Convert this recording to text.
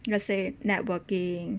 let's say networking